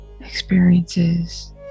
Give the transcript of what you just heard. experiences